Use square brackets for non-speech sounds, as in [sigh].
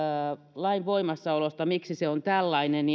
lain voimassaolosta että miksi se on tällainen [unintelligible]